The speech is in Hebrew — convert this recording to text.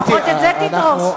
לפחות את זה תדרוש.